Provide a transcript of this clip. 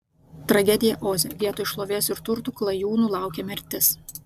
tragedija oze vietoj šlovės ir turtų klajūnų laukė mirtis